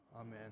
Amen